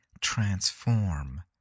transform